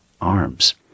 arms